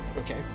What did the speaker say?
Okay